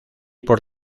por